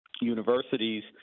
universities